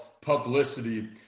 publicity